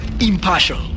Impartial